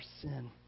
sin